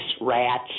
rats